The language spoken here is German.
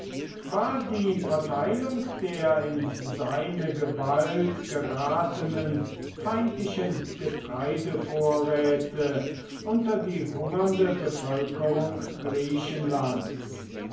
war die verteilung der in seine gewalt geratenen feindlichen getreidevorräte unter die hungernde bevölkerung griechenlands